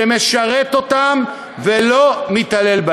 שמשרת אותם ולא מתעלל.